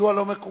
מדוע לא מקובל?